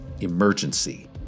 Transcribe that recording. emergency